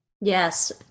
Yes